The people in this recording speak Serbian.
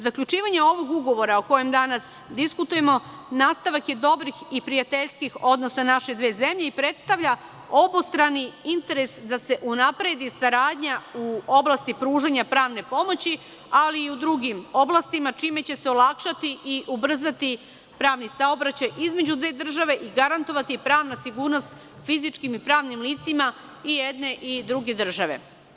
Zaključivanje, ovog ugovora, o kojem danas diskutujemo, nastavak je dobrih i prijateljskih odnosa naše dve zemlje i predstavlja obostrani interese da se unapredi saradnja u oblasti pružanja pravne pomoći, ali i u drugim oblastima čime će se olakšati i ubrzati pravni saobraćaj između dve države i garantovati pravna sigurnost fizičkim i pravnim licima i jedne i druge države.